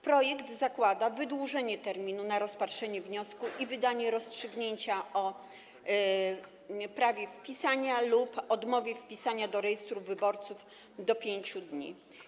Projekt zakłada wydłużenie terminu na rozpatrzenie wniosku i wydanie rozstrzygnięcia o prawie wpisania lub odmowie wpisania do rejestru wyborców do 5 dni.